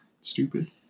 stupid